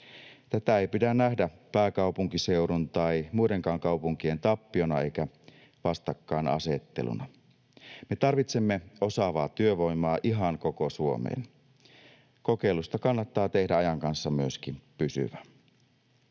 Tätä ei pidä nähdä pääkaupunkiseudun tai muidenkaan kaupunkien tappiona eikä vastakkainasetteluna. Me tarvitsemme osaavaa työvoimaa ihan koko Suomeen. Kokeilusta kannattaa tehdä ajan kanssa myöskin pysyvä.